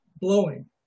blowing